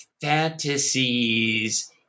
fantasies